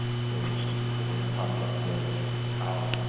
so what we're going to talk about today is how